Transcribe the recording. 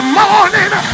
morning